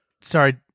sorry